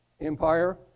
Empire